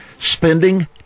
Spending